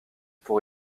pour